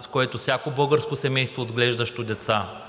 с което всяко българско семейство, отглеждащо деца,